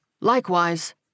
Likewise